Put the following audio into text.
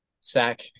sack